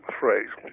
phrase